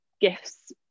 gifts